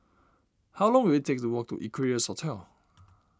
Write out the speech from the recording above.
how long will it take to walk to Equarius Hotel